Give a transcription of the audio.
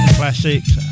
classics